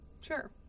Sure